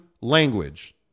language